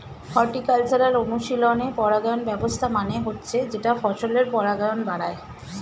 horticultural অনুশীলনে পরাগায়ন ব্যবস্থা মানে হচ্ছে যেটা ফসলের পরাগায়ন বাড়ায়